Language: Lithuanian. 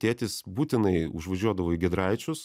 tėtis būtinai užvažiuodavo į giedraičius